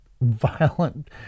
violent